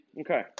okay